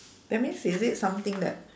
that means is it something that